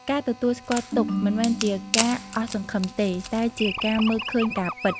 ការទទួលស្គាល់ទុក្ខមិនមែនជាការអស់សង្ឃឹមទេ តែជាការមើលឃើញការពិត។